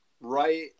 right